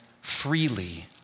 freely